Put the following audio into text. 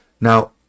Now